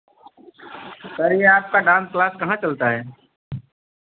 sir ये आपका dance class कहाँ चलता है